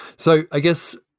so i guess,